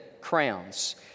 crowns